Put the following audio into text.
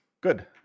Good